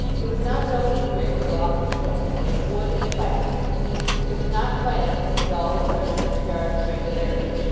it was not built of brick or lofty stone, but of wood and plaster it was not planned with a dull and wearisome regard to regularity,